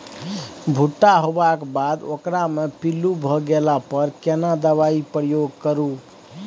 भूट्टा होबाक बाद ओकरा मे पील्लू भ गेला पर केना दबाई प्रयोग करू?